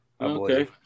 Okay